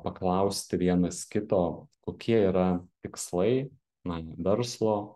paklausti vienas kito kokie yra tikslai na verslo